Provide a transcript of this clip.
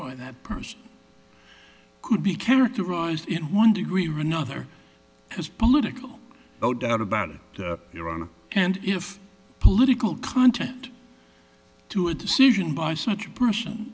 by that person could be characterized in one degree or another as political no doubt about it your own and if political content to a decision by such a person